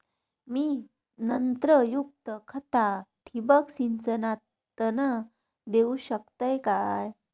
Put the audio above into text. मी नत्रयुक्त खता ठिबक सिंचनातना देऊ शकतय काय?